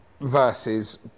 Versus